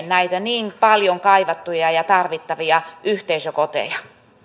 näitä niin paljon kaivattuja ja tarvittavia yhteisökoteja